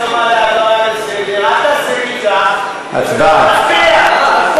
מציע הסכמה להעברה לסדר-היום, אז בוא נצביע.